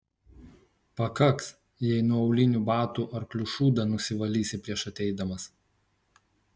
pakaks jei nuo aulinių batų arklių šūdą nusivalysi prieš ateidamas